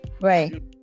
Right